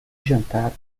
jantar